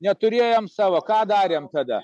neturėjom savo ką darėm tada